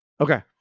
Okay